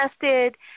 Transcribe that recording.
tested